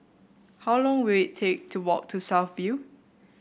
how long will it take to walk to South View